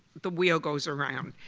the wheel goes around.